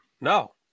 No